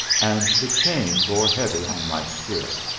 and the chain bore heavy on my spirit.